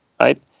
Right